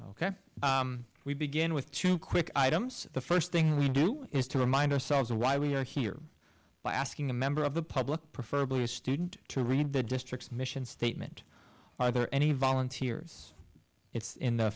ok we begin with two quick items the first thing we do is to remind ourselves of why we are here by asking a member of the public prefer blue student to read the district's mission statement either any volunteers it's in the